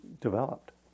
developed